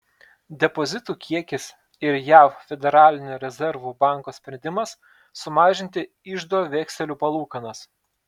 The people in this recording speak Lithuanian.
depozitų kiekis ir jav federalinio rezervų banko sprendimas sumažinti iždo vekselių palūkanas